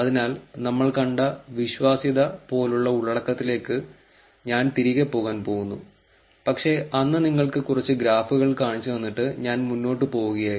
അതിനാൽ നമ്മൾ കണ്ട വിശ്വാസ്യത പോലുള്ള ഉള്ളടക്കത്തിലേക്ക് ഞാൻ തിരികെ പോകാൻ പോകുന്നു പക്ഷേ അന്ന് നിങ്ങൾക്ക് കുറച്ച് ഗ്രാഫുകൾ കാണിച്ചു തന്നിട്ട് ഞാൻ മുന്നോട്ട് പോവുകയായിരുന്നു